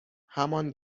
همان